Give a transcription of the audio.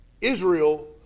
Israel